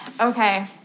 Okay